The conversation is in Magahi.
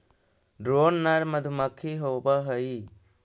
ड्रोन नर मधुमक्खी होवअ हई